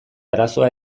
arazoa